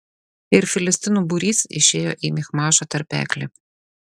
ir filistinų būrys išėjo į michmašo tarpeklį